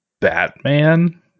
Batman